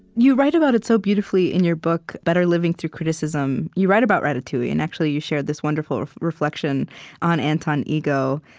you write about it so beautifully in your book, better living through criticism. you write about ratatouille, and actually, you shared this wonderful reflection on anton ego.